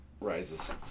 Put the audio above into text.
rises